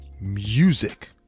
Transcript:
music